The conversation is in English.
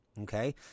okay